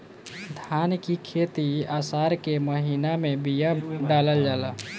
धान की खेती आसार के महीना में बिया डालल जाला?